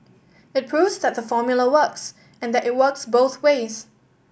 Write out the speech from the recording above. it proves that the formula works and that it works both ways